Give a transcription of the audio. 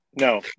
No